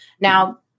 Now